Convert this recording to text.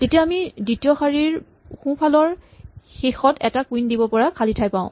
তেতিয়া আমি দ্বিতীয় শাৰীৰ সোঁফালৰ শেষত এটা কুইন দিব পৰা খালী ঠাই পাওঁ